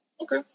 Okay